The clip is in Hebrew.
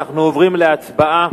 אנחנו עוברים להצבעה,